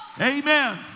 Amen